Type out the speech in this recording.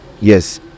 yes